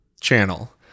channel